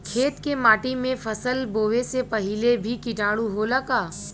खेत के माटी मे फसल बोवे से पहिले भी किटाणु होला का?